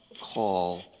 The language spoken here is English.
call